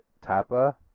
Tapa